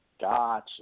Gotcha